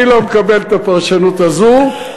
אני לא מקבל את הפרשנות הזאת,